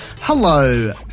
Hello